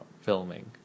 filming